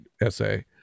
essay